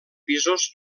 pisos